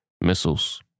missiles